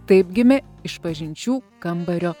taip gimė išpažinčių kambario